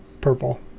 Purple